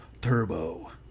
Turbo